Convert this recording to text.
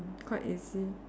quite easy